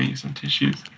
yeah some tissues